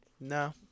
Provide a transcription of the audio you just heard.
no